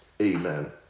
Amen